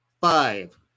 five